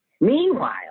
Meanwhile